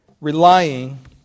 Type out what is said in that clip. relying